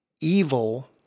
evil